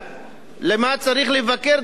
למה צריך לבקר דבר כזה?